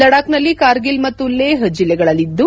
ಲಡಾಕ್ನಲ್ಲಿ ಕಾರ್ಗಿಲ್ ಮತ್ತು ಲೇಹ್ ಜಿಲ್ಲೆಗಳದ್ದು